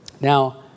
Now